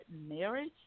marriage